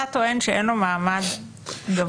אתה טוען שאין לו מעמד גבוה.